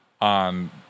on